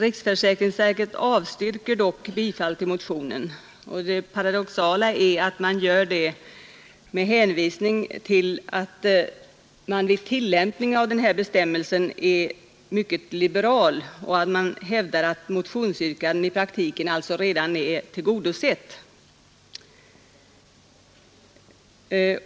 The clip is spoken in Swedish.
Riksförsäkringsverket avstyrker dock bifall till motionen, och det paradoxala är att man gör det med hänvisning till att tillämpningen av ; vid havandeskap den här bestämmelsen är mycket liberal och man hävdar att motionsyrkandet i praktiken redan är tillgodosett.